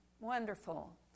Wonderful